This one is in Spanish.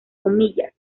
comillas